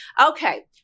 Okay